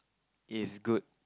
is good